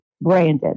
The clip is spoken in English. branded